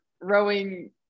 rowing